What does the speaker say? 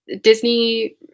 Disney